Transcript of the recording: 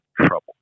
trouble